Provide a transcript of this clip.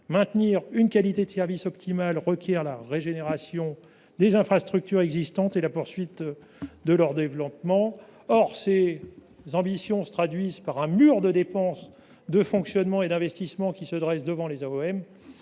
Maintenir une qualité de service optimale requiert la régénération des infrastructures existantes et la poursuite de leur développement. Or ces ambitions se traduisent par un mur de dépenses de fonctionnement et d’investissement qui se dresse devant les AOM.